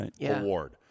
award